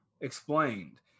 explained